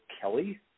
Kelly